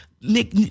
Nick